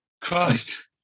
Christ